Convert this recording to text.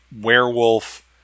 werewolf